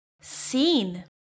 seen